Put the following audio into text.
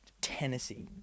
Tennessee